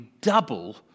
double